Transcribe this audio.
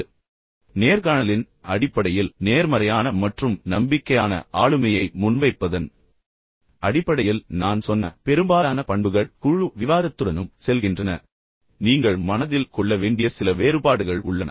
எனவே நேர்காணலின் அடிப்படையில் மிகவும் நேர்மறையான மற்றும் நம்பிக்கையான ஆளுமையை முன்வைப்பதன் அடிப்படையில் நான் சொன்ன பெரும்பாலான பண்புகள் குழு விவாதத்துடனும் செல்கின்றன ஆனால் நீங்கள் மனதில் கொள்ள வேண்டிய சில வேறுபாடுகள் உள்ளன